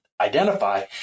identify